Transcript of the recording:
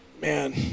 Man